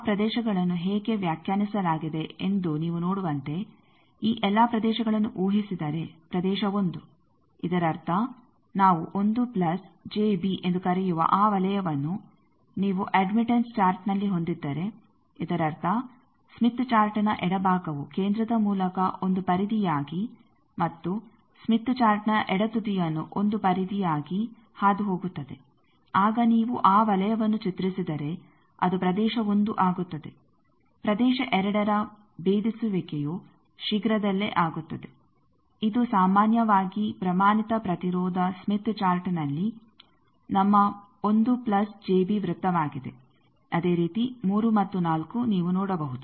ಆ ಪ್ರದೇಶಗಳನ್ನು ಹೇಗೆ ವ್ಯಾಖ್ಯಾನಿಸಲಾಗಿದೆ ಎಂದು ನೀವು ನೋಡುವಂತೆ ಈ ಎಲ್ಲಾ ಪ್ರದೇಶಗಳನ್ನು ಊಹಿಸಿದರೆ ಪ್ರದೇಶ ಒಂದು ಇದರರ್ಥ ನಾವು 1 ಪ್ಲಸ್ ಜೆ ಬಿ ಎಂದು ಕರೆಯುವ ಆ ವಲಯವನ್ನು ನೀವು ಅಡ್ಮಿಟಂಸ್ ಚಾರ್ಟ್ನಲ್ಲಿ ಹೊಂದಿದ್ದರೆ ಇದರರ್ಥ ಸ್ಮಿತ್ ಚಾರ್ಟ್ನ ಎಡಭಾಗವು ಕೇಂದ್ರದ ಮೂಲಕ 1 ಪರಿಧಿಯಾಗಿ ಮತ್ತು ಸ್ಮಿತ್ ಚಾರ್ಟ್ನ ಎಡತುದಿಯನ್ನು 1 ಪರಿಧಿಯಾಗಿ ಹಾದುಹೋಗುತ್ತದೆ ಆಗ ನೀವು ಆ ವಲಯವನ್ನು ಚಿತ್ರಿಸಿದರೆ ಅದು ಪ್ರದೇಶ 1 ಆಗುತ್ತದೆ ಪ್ರದೇಶ 2ರ ಭೇದಿಸುವಿಕೆಯು ಶೀಘ್ರದಲ್ಲೇ ಆಗುತ್ತದೆ ಇದು ಸಾಮಾನ್ಯವಾಗಿ ಪ್ರಮಾಣಿತ ಪ್ರತಿರೋಧ ಸ್ಮಿತ್ ಚಾರ್ಟ್ನಲ್ಲಿ ನಮ್ಮ 1 ಪ್ಲಸ್ ಜೆ ಬಿ ವೃತ್ತವಾಗಿದೆ ಅದೇ ರೀತಿ 3 ಮತ್ತು 4 ನೀವು ನೋಡಬಹುದು